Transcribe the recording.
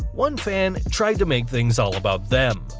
one fan tried to make things all about them.